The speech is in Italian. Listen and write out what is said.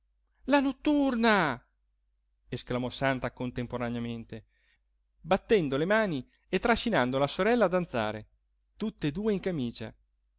la notturna esclamò santa contemporaneamente battendo le mani e trascinando la sorella a danzare tutte e due in camicia